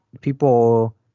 people